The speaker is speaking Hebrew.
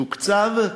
תוקצב.